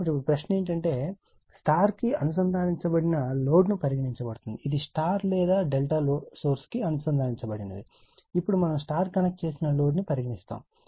కాబట్టి ఇప్పుడు ప్రశ్న ఏమిటంటే Y అనుసంధానించబడిన లోడ్ ను పరిగణించబడుతుంది ఇది Y లేదా ∆ సోర్స్ కు అనుసంధానించబడిన ది ఇప్పుడు మనము Y కనెక్ట్ చేసిన లోడ్ను పరిగణిస్తాము